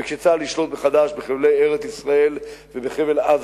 וכשצה"ל ישלוט מחדש בחבלי ארץ-ישראל ובחבל-עזה,